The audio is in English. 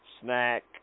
snack